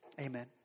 Amen